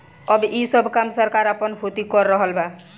अब ई सब काम सरकार आपना होती कर रहल बा